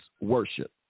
worship